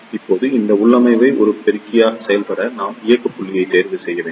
இப்போது இந்த உள்ளமைவை ஒரு பெருக்கியாக செயல்பட நாம் இயக்க புள்ளியை தேர்வு செய்ய வேண்டும்